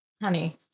honey